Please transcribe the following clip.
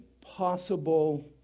possible